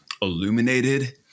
illuminated